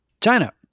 china